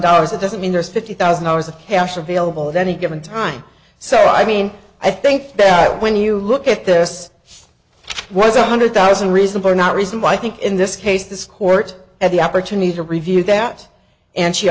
dollars it doesn't mean there's fifty thousand dollars of cash available at any given time so i mean i think that when you look at this was a hundred thousand reason for not reason why i think in this case this court at the opportunity to review that and she